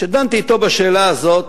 כשדנתי אתו בשאלה הזאת,